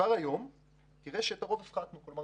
כאשר את הרוב הפחתנו כבר היום.